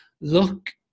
look